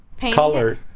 color